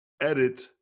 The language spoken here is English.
edit